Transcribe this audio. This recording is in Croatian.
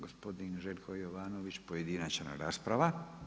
Gospodin Željko Jovanović, pojedinačna rasprava.